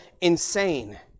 insane